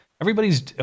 everybody's